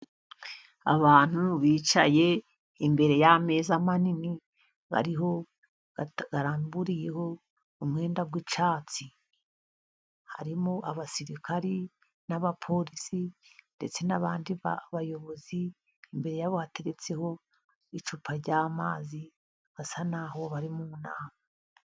Abantu bicaye imbere y'ameza manini, baramburiyeho umwenda w'icyatsi. Harimo abasirikari n'abapolisi, ndetse n'abandi bayobozi. Imbere yabo hateretseho icupa ry'amazi, basa n'aho bari mu nama.